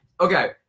Okay